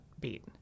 beat